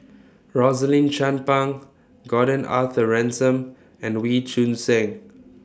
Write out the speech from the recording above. Rosaline Chan Pang Gordon Arthur Ransome and Wee Choon Seng